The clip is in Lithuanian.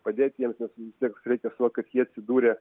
padėti jiems nes vis tiek mums reikia suvokt kad jie atsidūrė